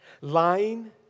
lying